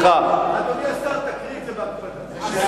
אדוני השר, תקריא את זה בהקפדה.